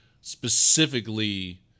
specifically